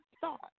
thought